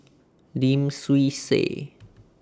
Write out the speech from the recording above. Lim Swee Say